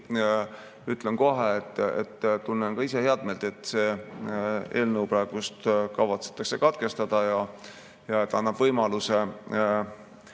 ütlen kohe, et tunnen ise heameelt, et see eelnõu praegu kavatsetakse katkestada. See annab võimaluse